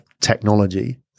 technology